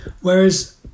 Whereas